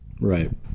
Right